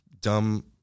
dumb